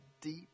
deep